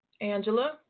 Angela